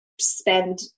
spend